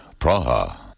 Praha